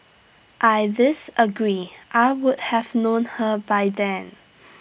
I disagree I would have known her by then